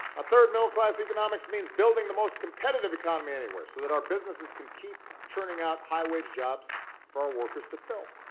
third, middle-class economics means building the most competitive economy anywhere so that our businesses can keep churning out high-wage jobs for our workers to fill.